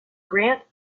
grant